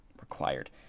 required